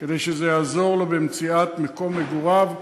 כדי שזה יעזור לו במציאות מקום מגוריו.